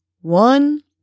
one